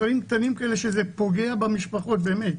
דברים קטנים כאלה שזה פוגע במשפחות באמת,